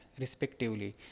respectively